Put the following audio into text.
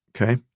Okay